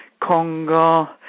Congo